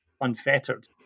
unfettered